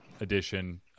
edition